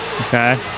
Okay